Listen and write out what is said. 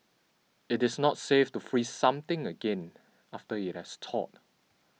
it is not safe to freeze something again after it has thawed